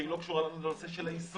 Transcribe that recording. שהיא לא קשורה לנושא היישום.